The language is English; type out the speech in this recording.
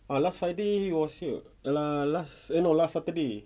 ah last friday he was here err last eh no last saturday